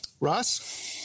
ross